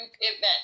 event